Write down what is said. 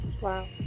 Wow